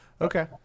okay